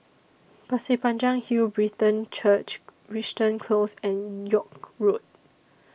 Pasir Panjang Hill Brethren Church Crichton Close and York Road